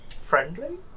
friendly